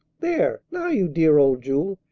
there! now you dear old jewel,